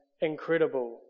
incredible